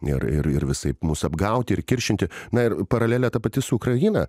ir ir ir ir visaip mus apgauti ir kiršinti na ir paralelė ta pati su ukraina